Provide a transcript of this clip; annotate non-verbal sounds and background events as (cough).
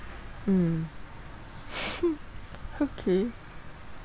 mm (laughs) okay